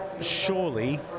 surely